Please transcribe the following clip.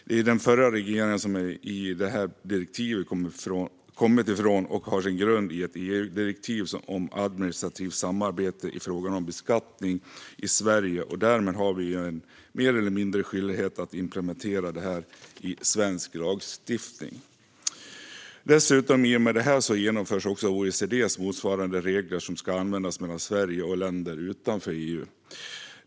Det är den förra regeringen som detta direktiv har kommit ifrån, och det har sin grund i ett EU-direktiv om administrativt samarbete i fråga om beskattning i Sverige. Därmed har vi mer eller mindre en skyldighet att implementera detta i svensk lagstiftning. I och med detta genomförs också OECD:s motsvarande regler, som ska användas mellan Sverige och länder utanför EU.